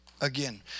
again